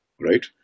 right